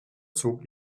zog